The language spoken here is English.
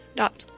dot